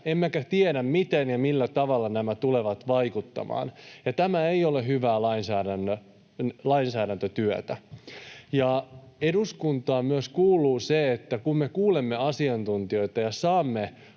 emmekä tiedä, miten ja millä tavalla nämä tulevat vaikuttamaan. Tämä ei ole hyvää lainsäädäntötyötä. Eduskuntaan myös kuuluu se, että kun me kuulemme asiantuntijoita ja saamme